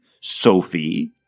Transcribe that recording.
Sophie